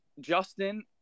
Justin